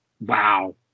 Wow